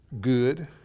good